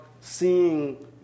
seeing